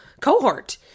cohort